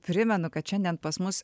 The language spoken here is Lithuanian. primenu kad šiandien pas mus